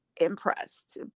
impressed